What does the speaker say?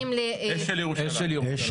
אם אנחנו